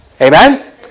Amen